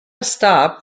stop